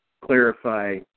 clarify